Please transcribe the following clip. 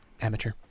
Amateur